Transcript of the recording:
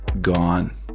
Gone